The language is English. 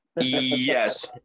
Yes